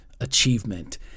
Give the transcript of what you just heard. achievement